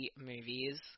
movies